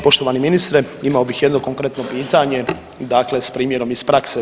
Poštovani ministre, imao bih jedno konkretno pitanje dakle s primjerom iz prakse.